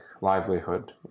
livelihood